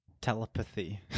Telepathy